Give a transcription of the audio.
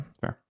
fair